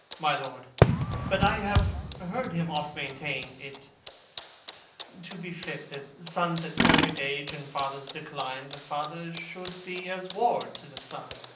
my lord but i have heard him oft maintain it to be fit that, sons at perfect age, and fathers declined, the father should be as ward to the son,